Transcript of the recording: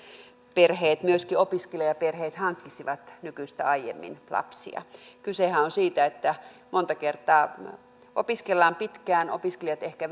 perheet myöskin opiskelijaperheet hankkisivat nykyistä aiemmin lapsia kysehän on siitä että monta kertaa opiskellaan pitkään opiskelut ehkä